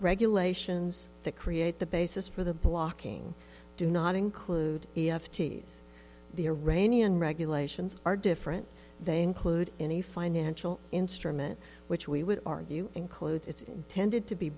regulations that create the basis for the blocking do not include the iranian regulations are different they include any financial instrument which we would argue includes it's tended to be